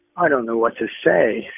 i don't know what to say.